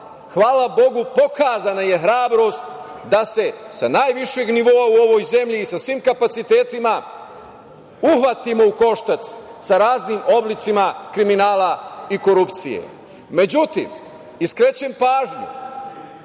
hvala Bogu pokazna je hrabrost da se sa najvišeg nivoa u ovoj zemlji i sa svim kapacitetima uhvatimo u koštac sa raznim oblicima kriminala i korupcije.Međutim, skrećem pažnju,